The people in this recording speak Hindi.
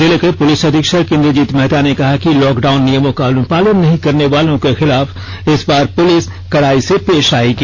जिले के पुलिस अधीक्षक इंद्रजीत महथा ने कहा है कि लॉकडाउन नियमों का अनुपालन नहीं करने वालों के खिलाफ इस बार पुलिस कड़ाई से पेश आएगी